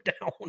down